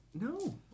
No